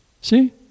See